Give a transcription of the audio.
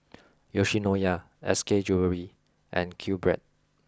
Yoshinoya S K Jewellery and Q Bread